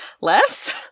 Less